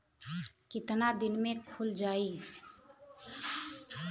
कितना दिन में खुल जाई?